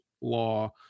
law